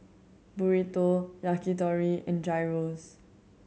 Burrito Yakitori and Gyros